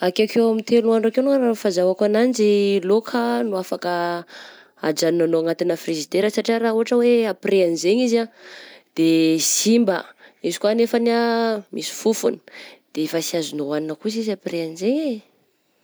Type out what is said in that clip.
Akeokeo amin'ny telo andro akeo longany ny fahazahoko anazy lôka no afaka ajanonanao anatigna frizidera satria raha ohatra hoe après anzegny izy ah de simba, izy koa anefany ah misy fofogna dia efa sy azonao hoanigna kosa izy eh après anzegny eh.